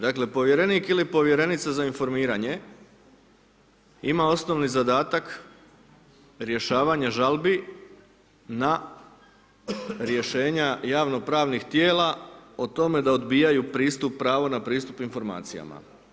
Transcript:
Dakle, povjerenik ili povjerenica za informiranje, ima osnovni zadatak, rješavanje žalbi na rješenja javno pravnih tijela o tome da odbijaju pristup pravo na pristup informacijama.